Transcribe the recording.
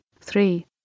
three